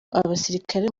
abasirikare